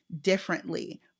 differently